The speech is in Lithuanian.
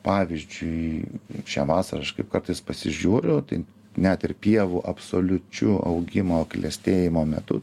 pavyzdžiui šią vasarą aš kaip kartais pasižiūriu tai net ir pievų absoliučiu augimo klestėjimo metu